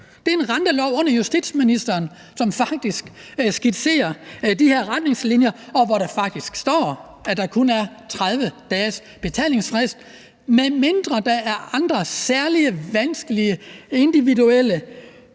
Det er en rentelov under justitsministeren, som faktisk skitserer de her retningslinjer, og hvor der faktisk står, at der kun er 30 dages betalingsfrist, medmindre der er andre særlige, vanskelige, individuelle